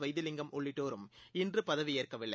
வைத்திலிங்கம் உள்ளிட்டோரும் இன்றுபதவியேற்கவில்லை